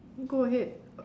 go ahead